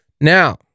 Now